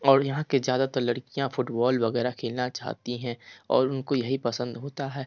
और यहाँ के ज़्यादातर लड़कियाँ फुटबॉल वगैरह खेलना चाहती हैं और उनको यही पसंद होता है